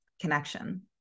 connection